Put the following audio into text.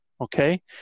okay